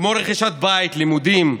כמו רכישת בית, לימודים,